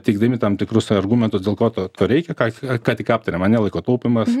teikdami tam tikrus argumentus dėl ko to to reikia ką ką tik aptarėm ane laiko taupymas